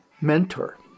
mentor